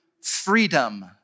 freedom